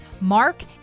mark